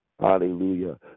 Hallelujah